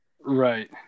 Right